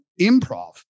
improv